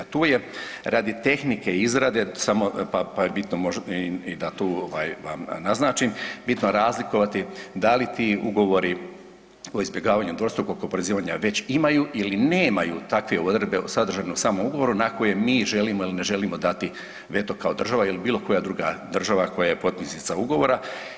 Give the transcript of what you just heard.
Tu je radi tehnike izrade samo pa je bitno možda i da tu ovaj naznačim, bitno razlikovati da li ti ugovori o izbjegavanju dvostrukog oporezivanja već imaju ili nemaju takve odredbe o sadržajnom samom ugovoru na koje mi želimo ili ne želimo dati veto kao država ili bilo koja druga država koja je potpisnica ugovora.